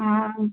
हा